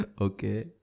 okay